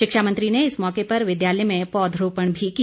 शिक्षा मंत्री ने इस मौके पर विद्यालय में पौधरोपण भी किया